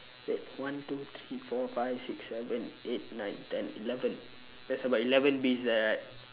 wait one two three four five six seven eight nine ten eleven there's about eleven bees there right